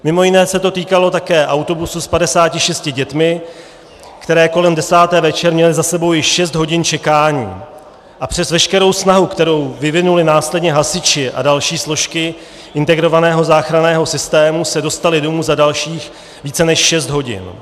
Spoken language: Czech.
Mimo jiné se to týkalo také autobusu s 56 dětmi, které kolem desáté večer měly za sebou již šest hodin čekání, a přes veškerou snahu, kterou vyvinuli následně hasiči a další složky integrovaného záchranného systému, se dostali domů za dalších více než šest hodin.